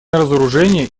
разоружение